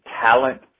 talent